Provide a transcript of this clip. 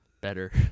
better